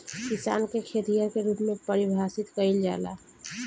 किसान के खेतिहर के रूप में परिभासित कईला जाला